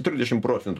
trisdešim procentų